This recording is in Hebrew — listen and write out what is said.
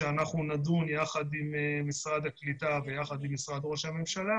שאנחנו נדון יחד עם משרד הקליטה ויחד עם משרד ראש הממשלה